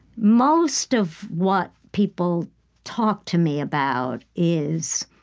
most of what people talk to me about is